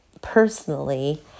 personally